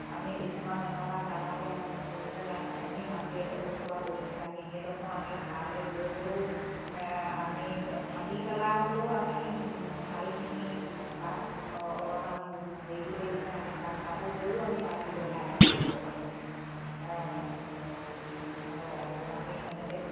আমি কিছুমান এনেকুৱা গাঁৱলীয়া মানে ঘোক জেগাত এনেই মাটি এড এটুকুৰা পৰি থাকে আমি সেইডোখৰ আমি ভাড়ালৈ লৈ হ'লেও আমি থাকি পেলাই হ'লেও আমি শালখিনি তাত অলপমান হেৰি কৰি কেনে আমি তাত কাপোৰ বৈও আমি তাত ব্যৱসায় এটা কৰিব পাৰো অঁ হয় বাইদেউ আমি তেনেকৈ